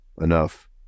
enough